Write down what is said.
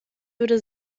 würde